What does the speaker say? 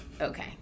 okay